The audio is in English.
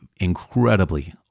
incredibly